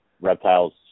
reptiles